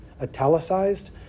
italicized